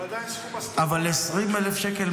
זה עדיין סכום אסטרונומי --- אבל 20,000 שקל,